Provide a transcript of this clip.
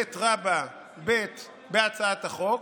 15ב(ב) להצעת החוק,